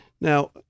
Now-